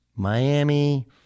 Miami